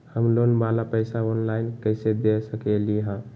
हम लोन वाला पैसा ऑनलाइन कईसे दे सकेलि ह?